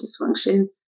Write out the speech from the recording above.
dysfunction